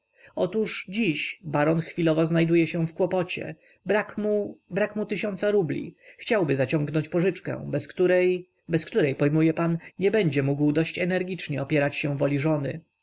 otóż dziś baron chwilowo znajduje się w kłopocie brak mu brak mu tysiąca rubli chciałby zaciągnąć pożyczkę bez której bez której pojmuje pan nie będzie mógł dość energicznie opierać się woli żony